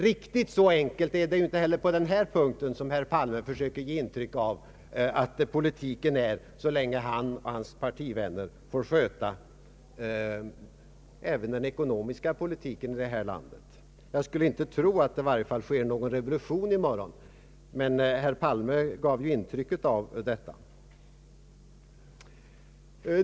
Riktigt så enkelt är det inte heller på den här punkten som herr Palme försöker ge intryck av att det är så länge han och hans partivänner får sköta även den ekonomiska politiken i detta land. Jag skulle i varje fall inte tro att det sker någon revolution i morgon, som herr Palme gav intryck av.